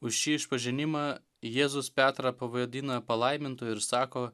už šį išpažinimą jėzus petrą pavadina palaimintu ir sako